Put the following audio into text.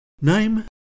name